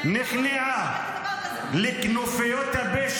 לא ראיתי דבר כזה ----- נכנעה לכנופיות הפשע,